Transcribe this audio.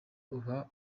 uba